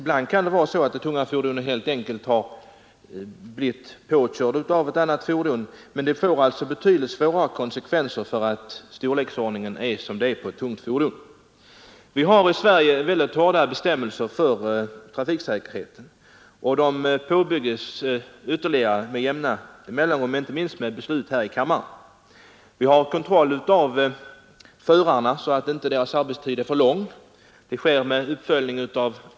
Det kan vara så att det tunga fordonet helt enkelt blivit påkört av ett annat fordon, men olyckan får svårare konsekvenser på grund av fordonets storlek. Vi har i Sverige mycket hårda trafiksäkerhetsbestämmelser och de påbyggs ytterligare med jämna mellanrum, inte minst genom beslut här i kammaren. Med uppföljning av arbetstidslagen kontrolleras att förarnas arbetstid inte är för lång.